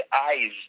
eyes